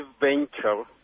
venture